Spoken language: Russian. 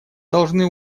должны